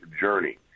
journey